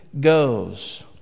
goes